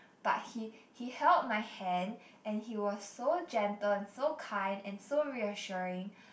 but he he held my hand and he was so gentle and so kind and so reassuring